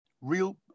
real